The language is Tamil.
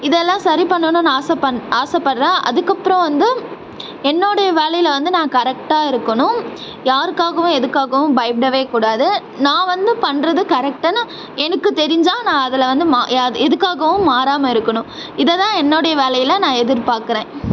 இதெல்லாம் சரி பண்ணணும்ன்னு ஆசைப ஆசைப்ட்றேன் அதுக்கு அப்புறம் வந்து என்னுடைய வேலையில் வந்து நான் கரெக்டாக இருக்கணும் யாருக்காகவும் எதுக்காகவும் பயப்படவே கூடாது நான் வந்து பண்ணுறது கரெக்டுன்னு எனக்கு தெரிஞ்சால் நான் அதில் வந்து ந ஏ எதுக்காகவும் மாறாமல் இருக்கணும் இதை தான் என்னுடைய வேலையில் நான் எதிர்பார்க்குறேன்